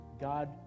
God